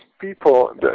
people